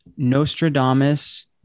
Nostradamus